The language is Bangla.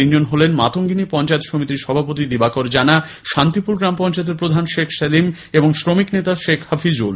তিনজন হলেন মাতঙ্গিনী পঞ্চায়েত সমিতির সভাপতি দিবাকর জানা শান্তিপুর গ্রাম পঞ্চায়েতের প্রধান শেখ সেলিম ও শ্রমিক নেতা শেখ হাফিজুল